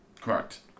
Correct